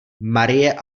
marie